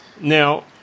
Now